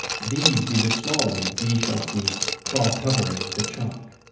these be the small weeds ye shall see crawl, covering the chalk.